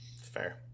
Fair